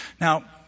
Now